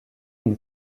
une